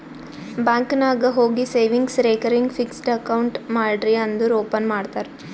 bank ನಾಗ್ ಹೋಗಿ savings, recurring, fixed account ಮಾಡ್ರಿ ಅಂದುರ್ ಓಪನ್ ಮಾಡ್ತಾರ್